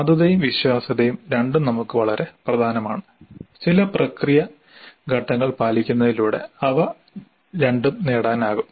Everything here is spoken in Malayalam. സാധുതയും വിശ്വാസ്യതയും രണ്ടും നമുക്ക് വളരെ പ്രധാനമാണ് ചില പ്രക്രിയ ഘട്ടങ്ങൾ പാലിക്കുന്നതിലൂടെ അവ രണ്ടും നേടാനാകും